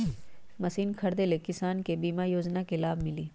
Machine खरीदे ले किसान के बीमा योजना के लाभ मिली?